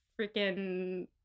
freaking